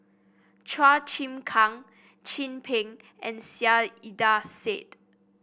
Chua Chim Kang Chin Peng and Saiedah Said